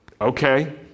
okay